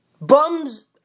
bums